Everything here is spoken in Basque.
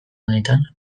honetan